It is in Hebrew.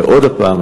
ועוד פעם,